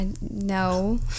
no